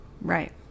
Right